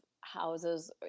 houses